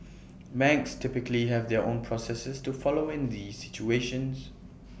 banks typically have their own processes to follow in these situations